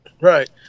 Right